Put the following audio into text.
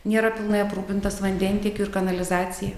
nėra pilnai aprūpintas vandentiekiu ir kanalizacija